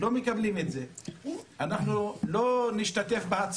אנחנו לא מקבלים את זה.